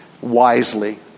wisely